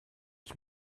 ich